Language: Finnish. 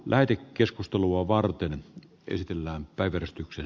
näyte keskustelua varten esitellään päivystyksen